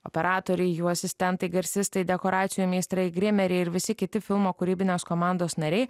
operatoriai jų asistentai garsistai dekoracijų meistrai grimeriai ir visi kiti filmo kūrybinės komandos nariai